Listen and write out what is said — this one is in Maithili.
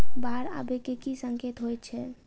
बाढ़ आबै केँ की संकेत होइ छै?